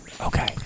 Okay